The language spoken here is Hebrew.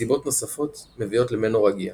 וסיבות נוספות מביאות למנורגיה.